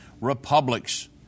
republics